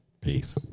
Peace